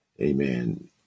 Amen